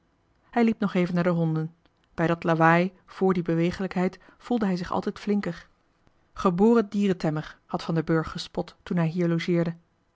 hij liep nog even naar de honden bij dat lawaai vr die bewegelijkheid voelde hij zich altijd flinker geboren dierentemmer had van der burgh gespot toen hij hier logeerde